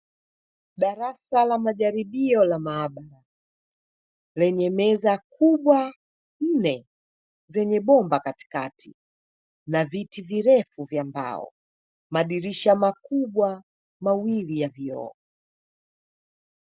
Darasa la majaribio la maabara, lenye meza kubwa nne zenye bomba katikati na viti virefu vya mbao, madirisha makubwa mawili ya vioo.